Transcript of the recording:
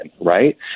right